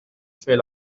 fait